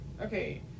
Okay